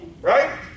Right